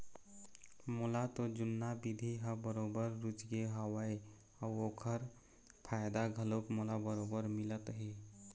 मोला तो जुन्ना बिधि ह बरोबर रुचगे हवय अउ ओखर फायदा घलोक मोला बरोबर मिलत हे